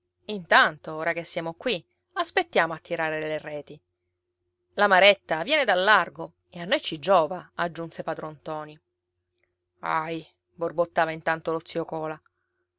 intanto ora che siamo qui aspettiamo a tirare le reti la maretta viene dal largo e a noi ci giova aggiunse padron ntoni ahi borbottava intanto lo zio cola